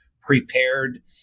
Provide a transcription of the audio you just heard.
prepared